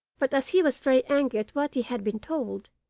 but as he was very angry at what he had been told,